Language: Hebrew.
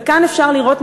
וכאן אפשר לראות,